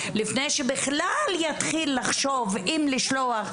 לפני בכלל יתחיל לחשוב אם לשלוח,